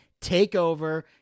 takeover